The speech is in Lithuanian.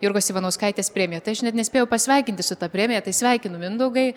jurgos ivanauskaitės premija tai aš net nespėjau pasveikinti su ta premija tai sveikinu mindaugai